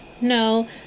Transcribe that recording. no